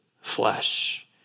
flesh